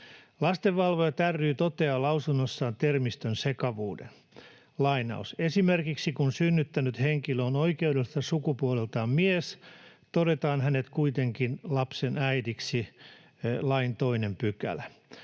Lastenvalvojat ry toteaa lausunnossaan termistön sekavuuden: ”Esimerkiksi kun synnyttänyt henkilö on oikeudelliselta sukupuoleltaan mies, todetaan hänet kuitenkin lapsen äidiksi (lain 2 §).